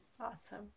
Awesome